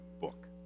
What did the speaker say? book